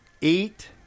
Eat